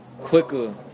quicker